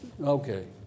Okay